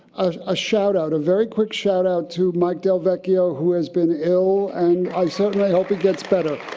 ah a shout-out, a very quick shout-out, to mike del vecchio who has been ill and i certainly hope he gets better.